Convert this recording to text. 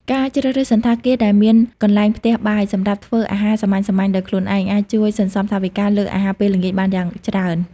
ការជ្រើសរើសសណ្ឋាគារដែលមានកន្លែងផ្ទះបាយសម្រាប់ធ្វើអាហារសាមញ្ញៗដោយខ្លួនឯង អាចជួយសន្សំថវិកាលើអាហារពេលល្ងាចបានយ៉ាងច្រើន។